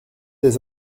des